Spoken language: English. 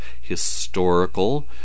historical